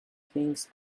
things